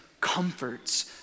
comforts